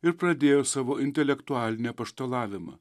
ir pradėjo savo intelektualinį apaštalavimą